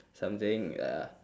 something uh